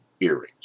earrings